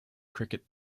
cricket